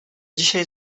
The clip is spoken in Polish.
dzisiaj